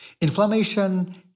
Inflammation